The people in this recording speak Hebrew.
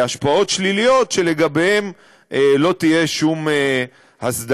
להשפעות שליליות ושלגביהן לא תהיה שום אסדרה.